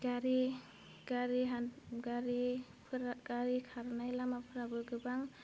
गारि गारि हान गारि फोरा गारि खारनाय लामाफोराबो गोबां